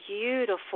beautiful